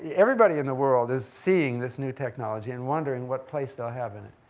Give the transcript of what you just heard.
yeah everybody in the world is seeing this new technology and wondering what place they'll have in it.